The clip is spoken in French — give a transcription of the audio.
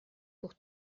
pour